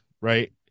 right